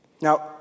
Now